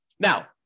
Now